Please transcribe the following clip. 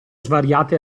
svariate